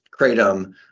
kratom